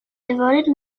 devoted